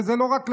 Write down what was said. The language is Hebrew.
וזה לא רק לך,